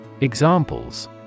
Examples